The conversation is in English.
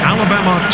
Alabama